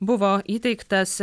buvo įteiktas